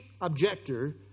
objector